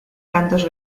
cantos